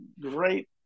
great